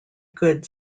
good